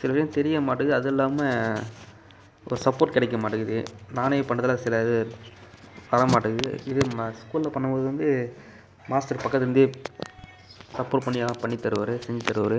சில இது தெரிய மாட்டுகிது அது இல்லாமல் ஒரு சப்போர்ட் கிடைக்க மாட்டேங்கிது நானே பண்ணுறதுல சில இது வர மாட்டேங்கிது இது ஸ்கூலில் பண்ணும் போது வந்து மாஸ்டர் பக்கத்தில் இருந்து சப்போர்ட் பண்ணி பண்ணி தருவார் செஞ்சி தருவார்